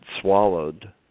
swallowed